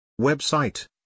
Website